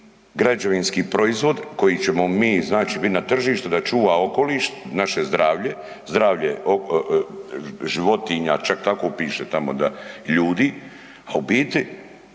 građevinski proizvod koji ćemo mi znači mi na tržište da čuva okoliš, naše zdravlje, zdravlje životinja, čak tako piše tamo da ljudi, a u biti,